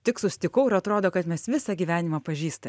tik susitikau ir atrodo kad mes visą gyvenimą pažįsta